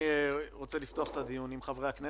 צריך לזכור שמתוך כל הפעוטות